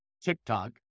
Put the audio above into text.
TikTok